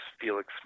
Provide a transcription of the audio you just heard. Felix